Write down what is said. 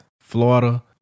Florida